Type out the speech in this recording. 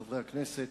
חברי הכנסת,